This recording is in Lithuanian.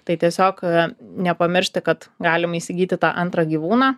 tai tiesiog a nepamiršti kad galima įsigyti tą antrą gyvūną